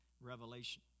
Revelation